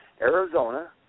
Arizona